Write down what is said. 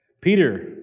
Peter